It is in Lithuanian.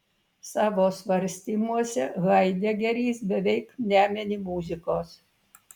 savo svarstymuose haidegeris beveik nemini muzikos